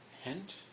hint